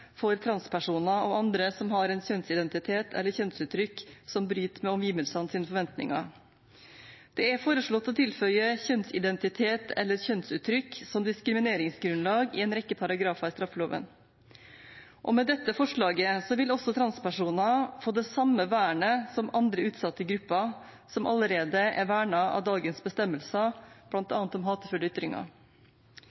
for transepersoner og andre som har en kjønnsidentitet eller et kjønnsuttrykk som bryter med omgivelsenes forventninger. Det er foreslått å tilføye kjønnsidentitet eller kjønnsuttrykk som diskrimineringsgrunnlag i en rekke paragrafer i straffeloven. Med dette forslaget vil også transepersoner få det samme vernet som andre utsatte grupper, som allerede er vernet av dagens bestemmelser,